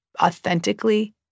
authentically